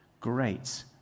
great